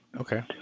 Okay